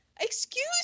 excuse